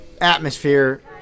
atmosphere